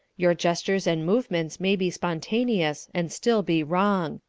your gestures and movements may be spontaneous and still be wrong.